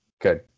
good